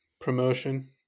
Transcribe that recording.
promotion